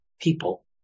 people